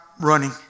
running